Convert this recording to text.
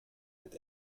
mit